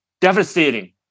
devastating